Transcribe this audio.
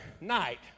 night